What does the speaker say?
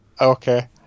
Okay